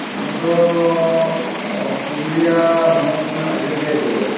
ᱱᱚᱣᱟ ᱫᱚ ᱯᱩᱨᱩᱞᱤᱭᱟᱹ ᱦᱚᱱᱚᱛ ᱨᱮᱱᱟᱜ ᱟᱡᱚᱫᱤᱭᱟᱹ ᱵᱩᱨᱩ ᱨᱮ